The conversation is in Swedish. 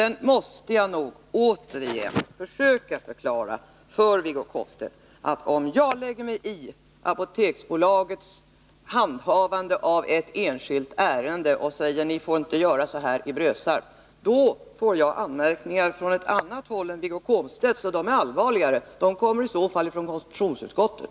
Sedan måste jag nog återigen försöka förklara för Wiggo Komstedt att om jag lägger migi Apoteksbolagets handhavande av ett enskilt ärende och säger att ni får inte göra så här i Brösarp, då får jag anmärkningar från ett annat håll än Wiggo Komstedts, vilka är allvarligare. De anmärkningarna kommer i så fall från konstitutionsutskottet.